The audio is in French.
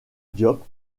diop